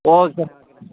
ஓகேண்ணே ஓகேண்ணே